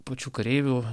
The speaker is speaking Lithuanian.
pačių kareivių